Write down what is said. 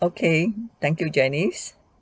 okay thank you janice